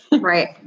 Right